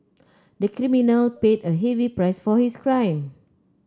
the criminal paid a heavy price for his crime